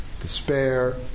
Despair